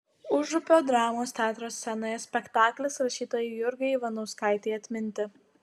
užupio dramos teatro scenoje spektaklis rašytojai jurgai ivanauskaitei atminti